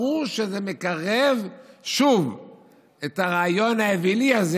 ברור שזה מקרב שוב את הרעיון האווילי הזה